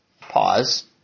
Pause